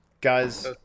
guys